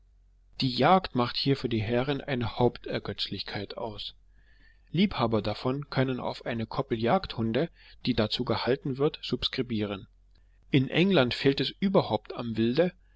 die jagd macht hier für die herren eine hauptergötzlichkeit aus liebhaber davon können auf eine koppel jagdhunde die dazu gehalten wird subskribieren in england fehlt es überhaupt am wilde